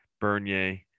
Bernier